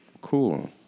cool